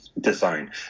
design